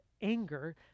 anger